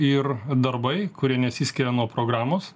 ir darbai kurie nesiskiria nuo programos